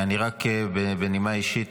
בנימה אישית,